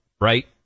right